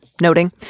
noting